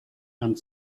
and